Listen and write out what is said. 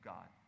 God